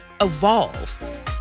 evolve